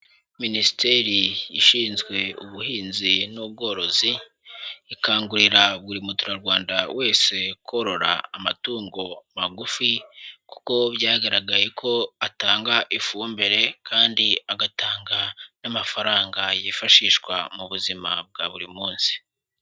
Minisiteri ishinzwe ubuhinzi n'ubworozi ikangurira buri muturarwanda wese korora amatungo magufi, kuko byagaragaye ko atanga ifumbire kandi agatanga n'amafaranga yifashishwa mu buzima bwa buri munsi.